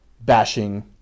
bashing